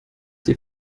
die